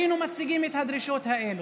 היינו מציגים את הדרישות האלה,